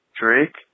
Drake